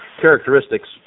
characteristics